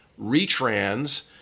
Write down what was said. retrans